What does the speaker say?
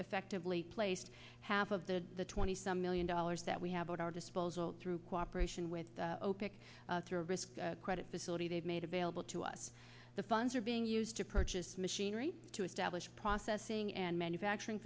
effectively placed half of the twenty some million dollars that we have at our disposal through cooperation with opec through a risk credit facility they've made available to us the funds are being used to purchase machinery to establish processing and manufacturing